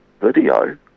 video